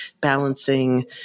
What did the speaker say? balancing